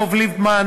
דב ליפמן,